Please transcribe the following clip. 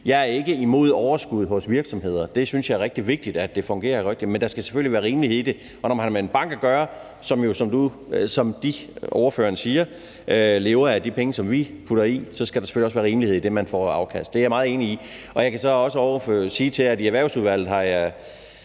Jeg er imod overskud hos virksomheder; det synes jeg er rigtig vigtigt fungerer rigtigt. Men der skal selvfølgelig være rimelighed i det. Og når man har med en bank at gøre, som lever af de penge, vi putter i dem, som ordføreren siger, så skal der selvfølgelig også være rimelighed i det, man får af afkast. Det er jeg meget enig i. Jeg kan så også sige, at i Erhvervsudvalget har vi